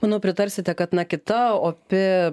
manau pritarsite kad na kita opi